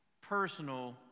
personal